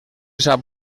sap